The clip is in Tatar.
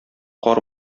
кар